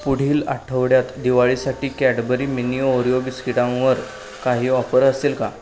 पुढील आठवड्यात दिवाळीसाठी कॅडबरी मिनि ओरिओ बिस्किटांवर काही ऑफर असेल का